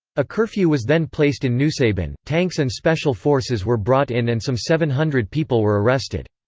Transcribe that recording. a curfew was then placed in nusaybin, tanks and special forces were brought in and some seven hundred people were arrested.